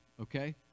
Okay